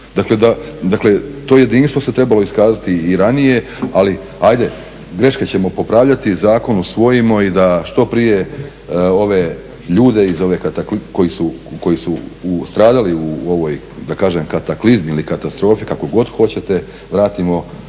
Dakle to jedinstvo se trebalo iskazati i ranije ali ajde greške ćemo popravljati, zakon usvojimo i da što prije ove ljude koji su stradali u ovoj kataklizmi ili katastrofi kako god hoćete, vratimo